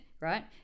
Right